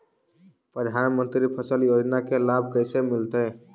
प्रधानमंत्री फसल योजना के लाभ कैसे मिलतै?